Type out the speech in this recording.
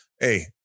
Hey